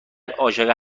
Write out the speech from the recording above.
عاشق